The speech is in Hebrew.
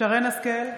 שרן מרים השכל,